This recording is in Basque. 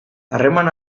harreman